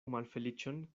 malfeliĉon